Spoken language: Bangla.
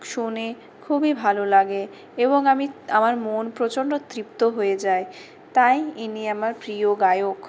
শুনে খুবই ভালো লাগে এবং আমি আমার মন প্রচণ্ড তৃপ্ত হয়ে যায় তাই ইনি আমার প্রিয় গায়ক